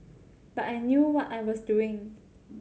but I knew what I was doing